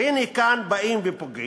והנה כאן באים ופוגעים.